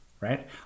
Right